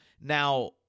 Now